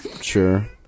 Sure